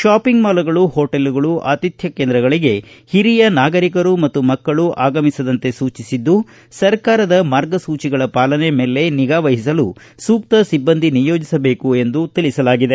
shopping ಮಾಲ್ಗಳು ಹೋಟೆಲ್ಗಳು ಆತಿಥ್ಯ ಕೇಂದ್ರಗಳಿಗೆ ಓರಿಯ ನಾಗರಿಕರು ಮತ್ತು ಮಕ್ಕಳು ಆಗಮಿಸದಂತೆ ಸೂಚಿಸಿದ್ದು ಸರ್ಕಾರದ ಮಾರ್ಗಸೂಚಿಗಳ ಪಾಲನೆ ಮೇಲೆ ನಿಗಾ ವಹಿಸಲು ಸೂಕ್ತ ಸಿಬ್ಬಂದಿ ನಿಯೋಜಿಸಬೇಕು ಎಂದು ತಿಳಿಸಲಾಗಿದೆ